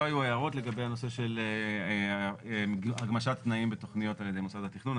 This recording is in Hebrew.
לא היו הערות לגבי הנושא של הגמשת תנאים בתוכניות על ידי מוסד התכנון,